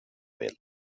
vill